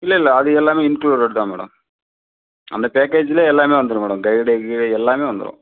இல்லை இல்லை அது எல்லாமே இன்க்ளூடட் தான் மேடம் அந்த பேக்கேஜ்லையே எல்லாமே வந்துரும் மேடம் கைடு கியைடு எல்லாமே வந்துரும்